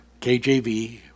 KJV